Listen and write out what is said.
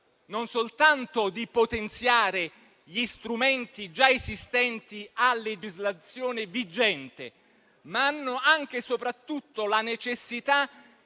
tassativo di potenziare gli strumenti già esistenti a legislazione vigente, ma anche e soprattutto la necessità